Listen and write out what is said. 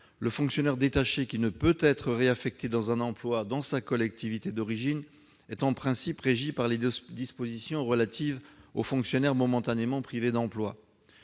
le fonctionnaire détaché, qui ne peut retrouver un emploi dans sa collectivité d'origine, est en principe régi par les dispositions relatives aux fonctionnaires momentanément privés d'emploi.